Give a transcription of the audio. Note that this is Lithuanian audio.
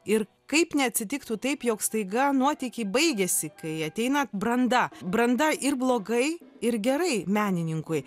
ir kaip neatsitiktų taip jog staiga nuotykiai baigiasi kai ateina branda branda ir blogai ir gerai menininkui